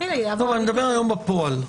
אני מדבר בפועל.